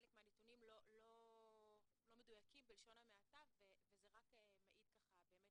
חלק מהנתונים לא מדויקים בלשון המעטה וזה רק מעיד באמת